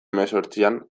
hemezortzian